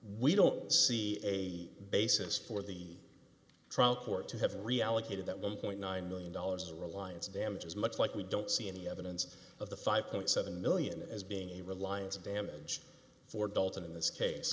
we don't see a basis for the trial court to have reallocated that one point nine million dollars reliance damages much like we don't see any evidence of the five point seven million as being a reliance damage for dalton in this case